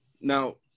Now